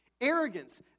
Arrogance